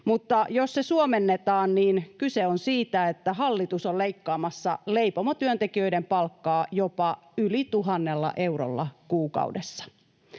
mutta jos se suomennetaan, niin kyse on siitä, että hallitus on leikkaamassa leipomotyöntekijöiden palkkaa jopa yli 1 000 eurolla kuukaudessa.